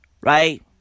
Right